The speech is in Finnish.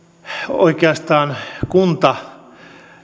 oikeastaan kunta